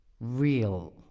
real